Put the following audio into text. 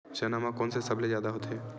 चना म कोन से सबले जादा होथे?